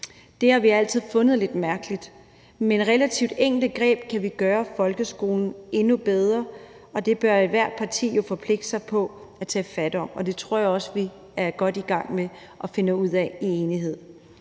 Det har vi altid fundet lidt mærkeligt. Med relativt enkle greb kan vi gøre folkeskolen endnu bedre, og det bør ethvert parti jo forpligte sig på at tage fat på, og det tror jeg også vi er godt i gang med og finder ud af i enighed.